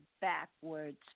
backwards